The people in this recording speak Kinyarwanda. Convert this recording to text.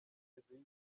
yigeze